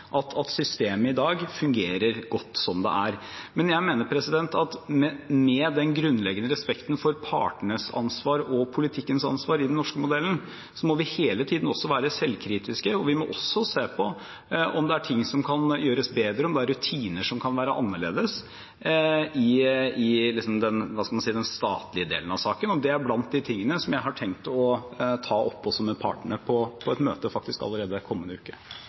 dag fungerer godt slik det er. Men jeg mener at med den grunnleggende respekten for partenes ansvar og politikkens ansvar i den norske modellen, må vi hele tiden også være selvkritiske. Vi må se på om det er noe som kan gjøres bedre, og om det er rutiner som kan være annerledes i den, skal man si, statlige delen av saken, og det er blant de tingene jeg har tenkt å ta opp med partene på et møte allerede kommende uke.